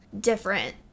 different